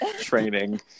training